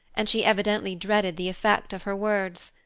and she evidently dreaded the effect of her words,